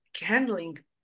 handling